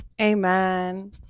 Amen